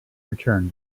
return